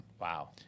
Wow